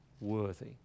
worthy